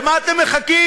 למה אתם מחכים?